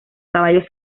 caballos